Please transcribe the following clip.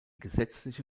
gesetzliche